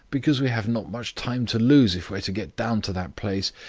because we have not much time to lose if we're to get down to that place.